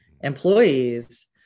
employees